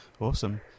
Awesome